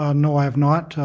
ah no, i have not.